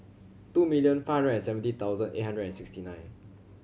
two million five hundred seventy thousand eight hundred and sixty nine